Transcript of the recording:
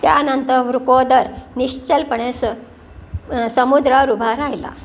त्यानंतर वृकोदर निश्चलपणे स समुद्रावर उभा राहिला